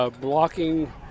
blocking